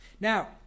Now